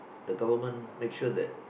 the government make sure that